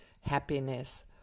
happiness